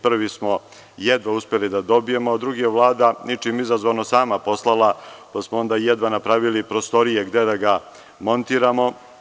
Prvi smo jedva uspeli da dobijemo, a drugi je Vlada, ničim izazvano, sama poslala, pa smo onda jedva napravili prostorije gde da ga montiramo.